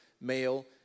male